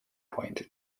point